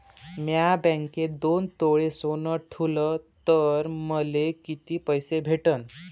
म्या बँकेत दोन तोळे सोनं ठुलं तर मले किती पैसे भेटन